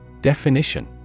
Definition